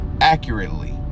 accurately